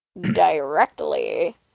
directly